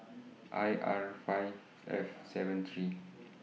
I R five F seven three